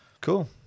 Cool